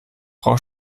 frau